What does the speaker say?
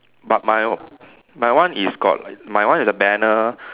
but my my one is got my one is a banner